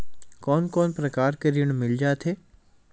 कोन कोन प्रकार के ऋण मिल जाथे?